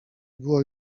było